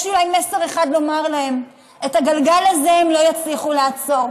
יש לי מסר אחד לומר להם: את הגלגל הזה הם לא יצליחו לעצור.